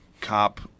cop